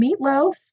Meatloaf